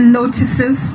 notices